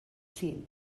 llun